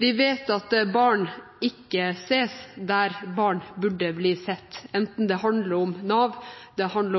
Vi vet at barn ikke ses der barn burde bli sett, enten det handler om Nav,